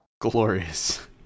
glorious